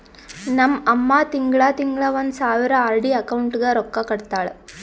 ನಮ್ ಅಮ್ಮಾ ತಿಂಗಳಾ ತಿಂಗಳಾ ಒಂದ್ ಸಾವಿರ ಆರ್.ಡಿ ಅಕೌಂಟ್ಗ್ ರೊಕ್ಕಾ ಕಟ್ಟತಾಳ